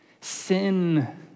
Sin